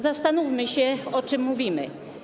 Zastanówmy się, o czym mówimy.